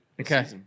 okay